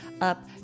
up